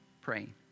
praying